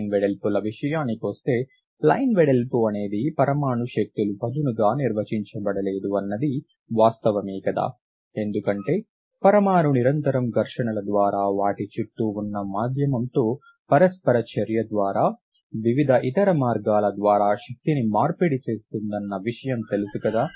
line వెడల్పులు విషయానికొస్తే line వెడల్పు అనేది పరమాణు శక్తులు పదునుగా నిర్వచించబడలేదు అన్నది వాస్తవమే కదా ఎందుకంటే పరమాణు నిరంతరం ఘర్షణ ద్వారా వాటి చుట్టూ ఉన్న మాధ్యమంతో పరస్పర చర్య ద్వారా వివిధ ఇతర మార్గాల ద్వారా శక్తిని మార్పిడి చేస్తుందన్న విషయం తెలుసు కదా